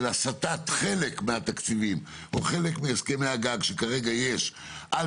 הסתת חלק מהתקציבים או חלק מהסכמי הגג שכרגע יש על